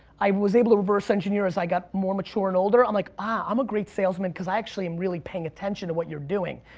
i was able to reverse engineer as i got more mature and older, i'm like, ah, i'm a great salesman cause i actually am really paying attention to what you're doing.